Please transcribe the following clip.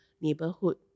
neighborhood